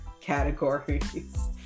categories